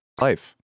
Life